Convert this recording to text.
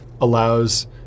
allows